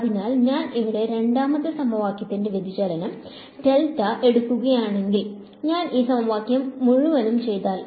അതിനാൽ ഞാൻ ഇവിടെ രണ്ടാമത്തെ സമവാക്യത്തിന്റെ വ്യതിചലനം എടുക്കുകയാണെങ്കിൽ ഞാൻ ഈ സമവാക്യം മുഴുവനും ചെയ്താൽ